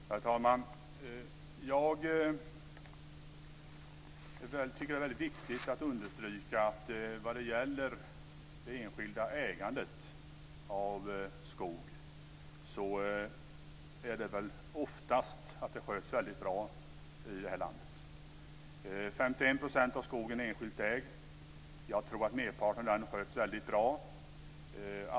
Herr talman! Jag tycker att det är väldigt viktigt att understryka att det enskilda ägandet av skog i det här landet oftast sköts väldigt bra. 51 % av skogen är enskilt ägd. Jag tror att merparten av den sköts väldigt bra.